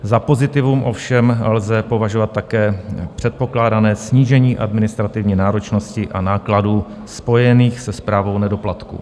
Za pozitivum ovšem lze považovat také předpokládané snížení administrativní náročnosti a nákladů spojených se správou nedoplatku.